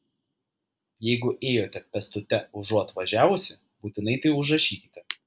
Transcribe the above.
jeigu ėjote pėstute užuot važiavusi būtinai tai užrašykite